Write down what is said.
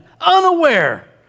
unaware